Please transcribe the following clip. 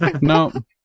No